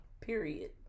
Period